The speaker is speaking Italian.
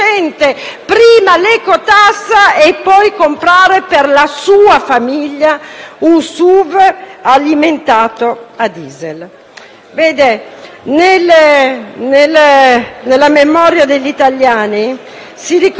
comprare per la sua famiglia un SUV alimentato a diesel? Nella memoria gli italiani ricorderanno, inoltre,